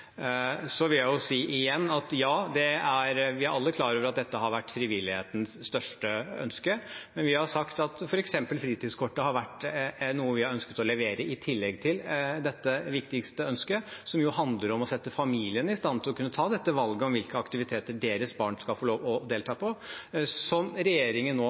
Så vil jeg jo si, igjen, at ja, vi er alle klar over at dette har vært frivillighetens største ønske, men vi har sagt at f.eks. fritidskortet har vært noe vi har ønsket å levere i tillegg til dette viktigste ønsket, som jo handler om å sette familiene i stand til å kunne ta valget om hvilke aktiviteter deres barn skal få lov til å delta på, som regjeringen nå